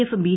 എഫും ബി